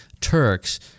Turks